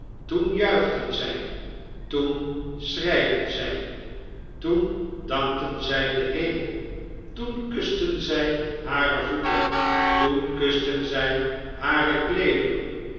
toen juichten zjj toen schreiden zij toen dankten zj den hemel toen kusten zij hare voeten toen kusten zg hare